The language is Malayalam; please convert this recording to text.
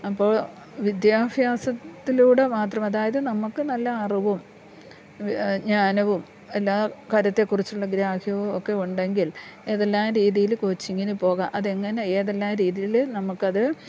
അപ്പോൾ വിദ്യാഭ്യാസത്തിലൂടെ മാത്രം അതായത് നമുക്ക് നല്ല അറിവും ജ്ഞാനവും എല്ലാ കാര്യത്തെ കുറിച്ചുള്ള ഗ്രാഹ്യവും ഒക്കെ ഉണ്ടെങ്കിൽ ഏതെല്ലാം രീതിയിൽ കോച്ചിങ്ങിന് പോകാം അതെങ്ങനെ ഏതെല്ലാം രീതിയിൽ നമുക്കത്